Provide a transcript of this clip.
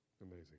amazing